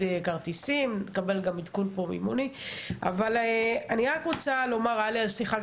נעשית על ההר עבודה אמיתית, וכמו שאמרתי גם